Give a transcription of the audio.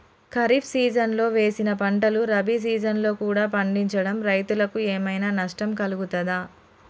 ఖరీఫ్ సీజన్లో వేసిన పంటలు రబీ సీజన్లో కూడా పండించడం రైతులకు ఏమైనా నష్టం కలుగుతదా?